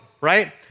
right